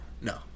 No